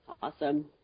Awesome